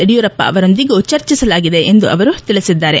ಯಡಿಯೂರಪ್ಪ ಅವರೊಂದಿಗೂ ಚರ್ಚಿಸಲಾಗಿದೆ ಎಂದು ತಿಳಿಸಿದ್ದಾರೆ